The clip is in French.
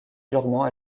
purement